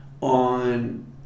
on